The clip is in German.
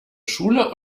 schule